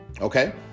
okay